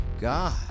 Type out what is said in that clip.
God